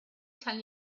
tell